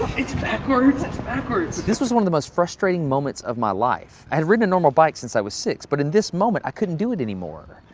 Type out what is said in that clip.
it's backwards, it's backwards. this was one of the most frustrating moments of my life. i had ridden a normal bike since i was six, but in this moment i couldn't do it any more.